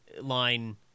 line